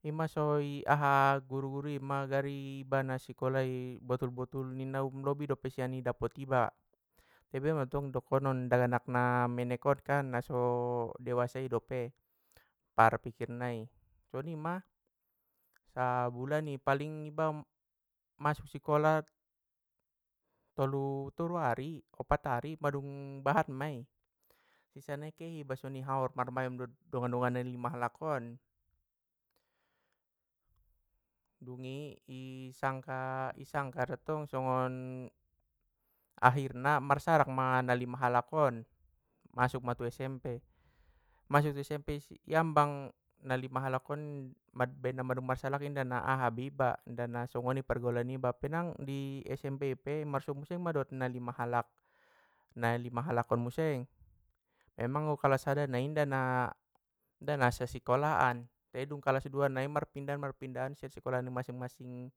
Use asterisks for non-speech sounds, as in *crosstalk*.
Ima so i *hesitation* aha guru guru ima gari ibana sikolai botul botul ninna um lobi dope sian i dapot iba, tai bia mantong dokonon daganak namenek on kan! Naso dewasai dope parpikirnai, sonima! Sabulan i paling iba, masuk sikola tolu- tolu ari opat ari madung bahat mai, sisa nai keiba songoni haor marmayam dot dongan dongan na lima halak on. Dungi isangka isangka dontong songon *hesitation* akhirna marsarak ma na lima halak on masuk ma tu smp, masuk tu SMP iambang na lima halak on baen dung mandung marsarak inda na aha be iba inda na songgoni pergaulan niba pei nang i SMP i be marsuo muse ma dot na lima halak- na lima halak on museng, memang olo kalas sadana inda na sasikolaan, tei dung kalas dua nai marpindahan marpindahan sai sikola ni masing masing-